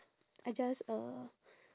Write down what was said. I just uh